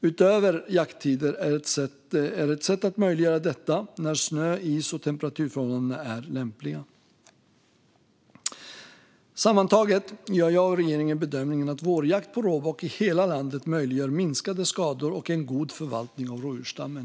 Utökade jakttider är ett sätt att möjliggöra detta när snö, is och temperaturförhållandena är lämpliga. Sammantaget gör jag och regeringen bedömningen att vårjakt på råbock i hela landet möjliggör minskade skador och en god förvaltning av rådjursstammen.